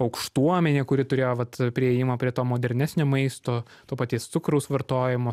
aukštuomenė kuri turėjo vat priėjimą prie to modernesnio maisto to paties cukraus vartojimo